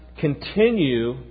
continue